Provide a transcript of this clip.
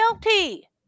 guilty